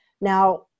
Now